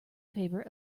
favor